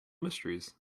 mysteries